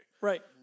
Right